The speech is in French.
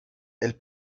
elle